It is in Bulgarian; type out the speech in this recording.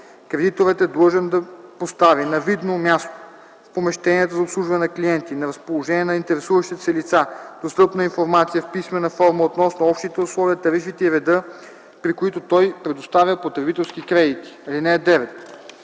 Кредиторът е длъжен да постави на видно място в помещенията за обслужване на клиенти на разположение на интересуващите се лица достъпна информация в писмена форма относно общите условия, тарифите и реда, при които той предоставя потребителски кредити. (9)